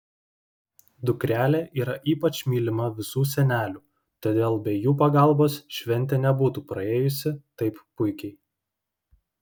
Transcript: dukrelė yra ypač mylima visų senelių todėl be jų pagalbos šventė nebūtų praėjusi taip puikiai